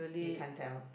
you can't tell